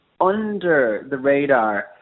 under-the-radar